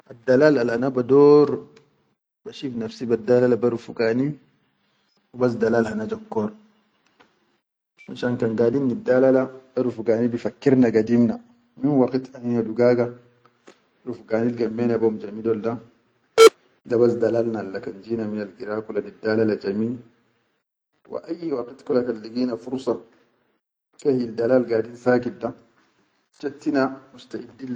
Al dalal al ana bador ba shif nafsi baddala be rufugani hubas dalal hana jokkar, finshan kan gadin niddalala be rufugani bi fakkir na gadir na min waqit anina dugaga rufugani gammena jami be hum dol da da bas dalal na kan ji na minal gira nadalalo jami wa ayyi waqit kula kan legi na fursa hil dalal gadin sakit chattina mu taqid.